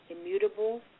immutable